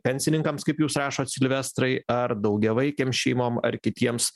pensininkams kaip jūs rašot silvestrai ar daugiavaikėm šeimom ar kitiems